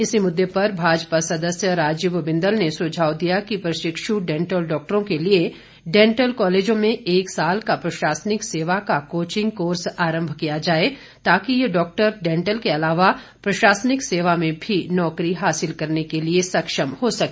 इसी मुद्दे पर भाजपा सदस्य राजीव बिंदल ने सुझाव दिया कि प्रशिक्ष डेंटल डॉक्टरों के लिए डेंटल कालेजों में एक साल का प्रशासनिक सेवा का कोचिंग कोर्स आरंभ किया जाए ताकि ये डॉक्टर डेंटल के अलावा प्रशासनिक सेवा में भी नौकरी हासिल करने के लिए सक्षम हो सके